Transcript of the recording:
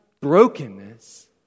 brokenness